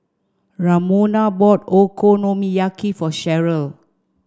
Ramona bought Okonomiyaki for Cheryl